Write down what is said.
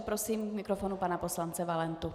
Prosím k mikrofonu pana poslance Valentu.